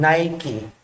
Nike